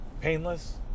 painless